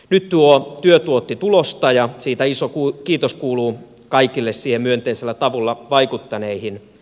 nyt työ tuotti tulosta ja siitä iso kiitos kuuluu kaikille siihen myönteisellä tavalla vaikuttaneille